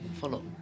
follow